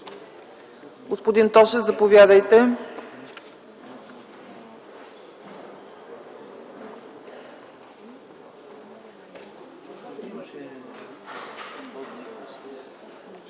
Господин Тошев, заповядайте.